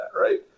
right